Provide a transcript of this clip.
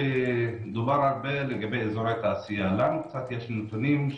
דובר הרבה על אזורי תעשייה, לנו יש נתונים.